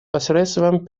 посредством